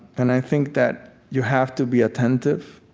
and i think that you have to be attentive,